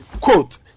Quote